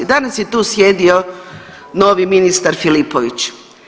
Danas je tu sjedio novi ministar Filipović.